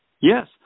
Yes